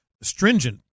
stringent